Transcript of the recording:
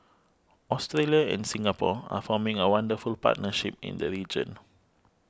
Australia and Singapore are forming a wonderful partnership in the region